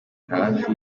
hafi